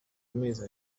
amezi